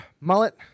Mullet